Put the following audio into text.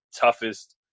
toughest